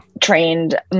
trained